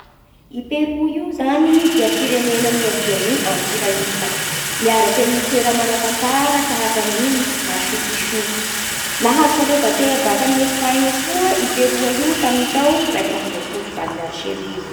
I Peroa io zany dia firenena nihavian'ny ampira Inca miaraky amin'ny toe manan-tantara tahaka ny m- Machu Picchu. Nahazo fahaleovan-tena baka amin'i Espagne koa i Peroa io tamin'ny tao raika amby roapolo sy valonjato sy arivo.